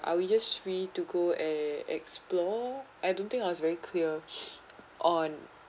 are we just free to go and explore I don't think I was very clear on